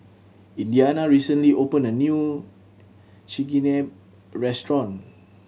Indiana recently opened a new Chigenabe Restaurant